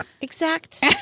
exact